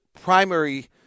primary